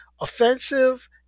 offensive